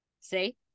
See